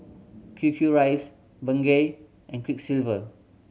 Q Q Rice Bengay and Quiksilver